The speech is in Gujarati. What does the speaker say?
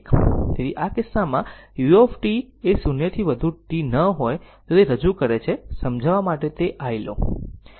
તેથી આ કિસ્સામાં જો u એ 0 થી વધુ t ન હોય તો તે રજૂ કરે છે સમજવા માટે તે I લો